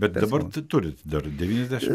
bet dabar turit dar devyniasdešimt